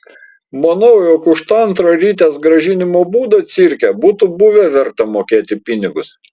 manau jog už tą antrą ritės grąžinimo būdą cirke būtų buvę verta mokėti pinigus